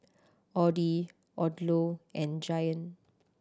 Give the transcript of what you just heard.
Audi Odlo and Giant